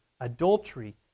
adultery